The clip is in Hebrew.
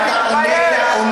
אתה מפלגת העבודה?